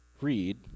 read